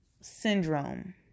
syndrome